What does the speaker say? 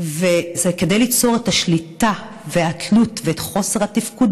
וזה כדי ליצור את השליטה והתלות ואת חוסר התפקוד